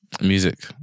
Music